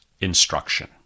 instruction